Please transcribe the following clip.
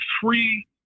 free